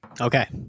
Okay